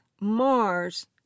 Mars